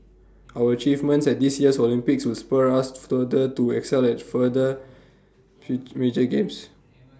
our achievements at this year's Olympics will spur us further to excel at further feel major games